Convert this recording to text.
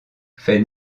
fait